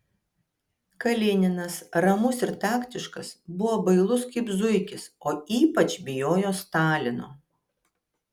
kalininas ramus ir taktiškas buvo bailus kaip zuikis o ypač bijojo stalino